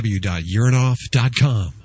www.urinoff.com